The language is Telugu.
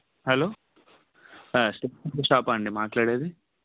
హలో స్టేషనరీ షాపా అండి మాట్లాడేది